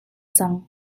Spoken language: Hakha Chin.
cang